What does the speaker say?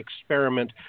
experiment